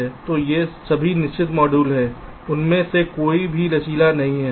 तो ये सभी निश्चित मॉड्यूल हैं उनमें से कोई भी लचीला नहीं है